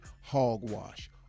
hogwash